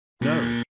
no